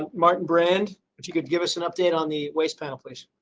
martin brand that you could give us an update on the waste panel. please.